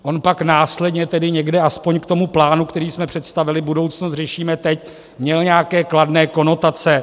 On pak následně tedy někde aspoň k tomu plánu, který jsme představili Budoucnost řešíme teď měl nějaké kladné konotace.